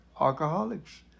alcoholics